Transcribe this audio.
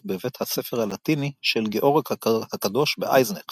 בבית הספר הלטיני של גאורג הקדוש באייזנך